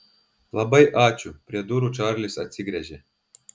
labai ačiū prie durų čarlis atsigręžė